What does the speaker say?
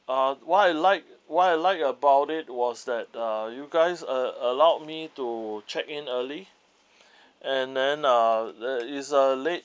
uh why I like why I liked about it was that uh you guys a~ allowed me to check in early and then uh there is a late